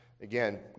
again